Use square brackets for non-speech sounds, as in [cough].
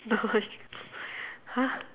no she [laughs] !huh!